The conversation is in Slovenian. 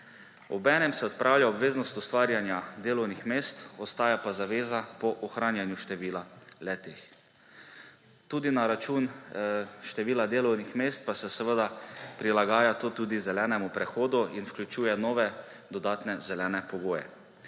Obenem se odpravlja obveznost ustvarjanja delovnih mest, ostaja pa zaveza po ohranjanju števila le-teh. Tudi na račun števila delovnih mest pa se seveda prilagaja to tudi zelenemu prehodu in vključuje nove dodatne zelene pogoje: